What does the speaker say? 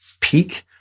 peak